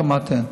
כמעט אין.